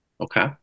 Okay